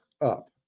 Up